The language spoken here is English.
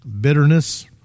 bitterness